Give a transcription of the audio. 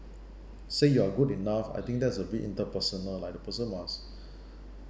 say you are good enough I think that's a bit interpersonal like the person must